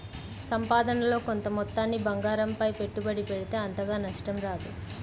సంపాదనలో కొంత మొత్తాన్ని బంగారంపై పెట్టుబడి పెడితే అంతగా నష్టం రాదు